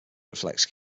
reflects